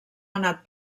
anat